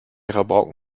rabauken